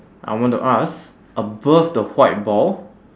I want to ask above the white ball